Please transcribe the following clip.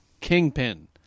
Kingpin